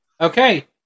Okay